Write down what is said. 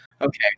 Okay